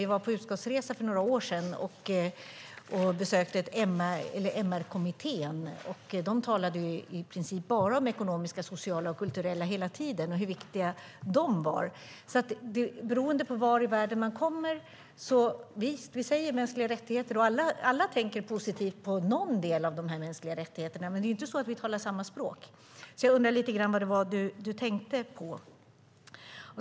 Vi var på utskottsresa för några år sedan och besökte MR-kommittén. De talade i princip bara om de ekonomiska, sociala och kulturella hela tiden och om hur viktiga de var. Det beror alltså på vart i världen man kommer. Visst, vi säger mänskliga rättigheter, och alla tänker positivt på någon del av de här mänskliga rättigheterna. Men det är inte så att vi talar samma språk. Därför undrar jag lite grann vad det var du tänkte på.